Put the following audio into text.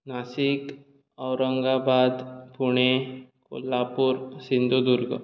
Nashik Aurangabad Pune Kolhapur Sindhudurg